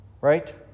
right